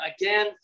again